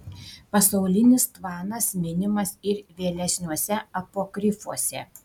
pasaulinis tvanas minimas ir vėlesniuose apokrifuose